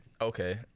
Okay